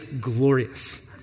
glorious